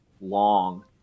long